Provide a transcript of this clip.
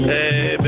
Hey